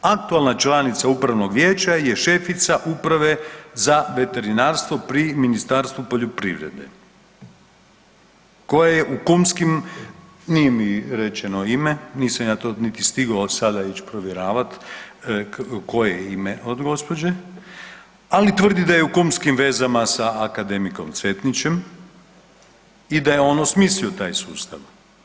Aktualna članica upravnog vijeća je šefica uprava za veterinarstvo pri Ministarstvu poljoprivrede koja je u kumskim, nije mi rečeno ime, nisam ja to niti stigao sada ići provjeravati koje je ime od gospođe, ali tvrdi da je u kumskim vezama sa akademikom Cvetnićem i da je on osmislio taj sustav.